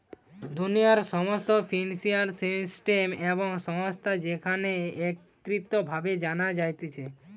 দুনিয়ার সমস্ত financial system এবং সংস্থা যেখানে একত্রিত ভাবে জানা যাতিছে